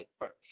first